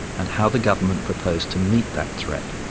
and how the government propose to meet that threat,